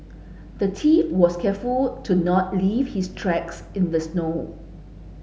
the thief was careful to not leave his tracks in the snow